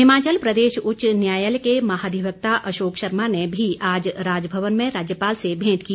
हिमाचल प्रदेश उच्च न्यायालय के महाधिवक्ता अशोक शर्मा ने भी आज राजभवन में राज्यपाल से भेंट की